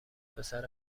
پسر